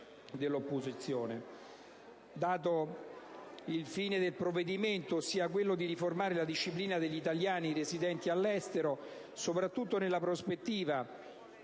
dell'opposizione. Dato il fine del provvedimento, ossia quello di riformare la disciplina in tema di italiani residenti all'estero, soprattutto nella prospettiva